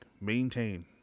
maintain